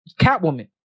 Catwoman